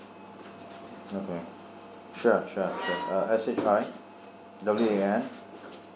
okay sure sure sure uh s h i w a n